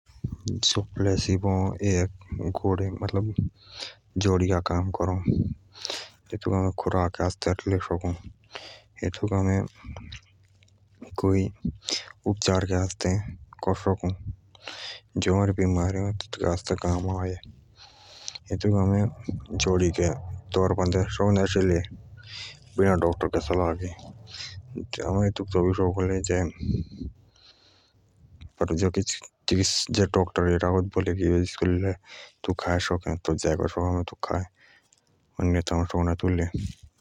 सुप्लेसिब अ एक गोडे मतलब जड़ी का काम कर तेतूक आम खुराक के आस्ते ले सकु जी आम बिमार होऊं तेतूके आस्ते आअ कामे मतलब ईलाज के आस्ते एतुका युज कर सकु एतू आम बीना डॉक्टर के सलाह के सकना ले एतु तबेइ सकअ खाएं जे डाक्टर बोलला तब तू खाएं सके तालग सकना खाएं।